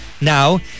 Now